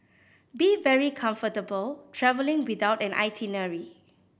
be very comfortable travelling without an itinerary